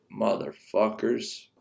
motherfuckers